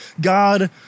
god